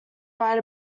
write